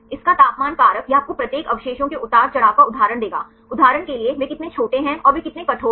इसका तापमान कारक यह आपको प्रत्येक अवशेषों के उतार चढ़ाव का उदाहरण देगा उदाहरण के लिए वे कितने छोटे हैं और वे कितने कठोर हैं